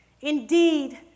indeed